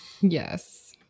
yes